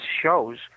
shows